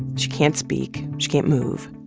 she can't speak. she can't move.